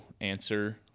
answer